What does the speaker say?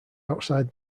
outside